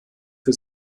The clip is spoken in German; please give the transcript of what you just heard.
für